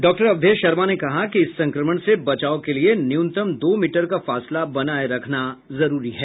doctor Awadhesh ने कहा कि इस संक्रमण से बचाव के लिए न्यूनतम दो मीटर का फासला बनाये रखना जरुरी है